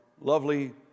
lovely